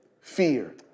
fear